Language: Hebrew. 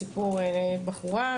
סיפור על בחורה,